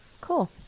cool